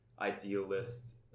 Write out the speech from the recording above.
idealist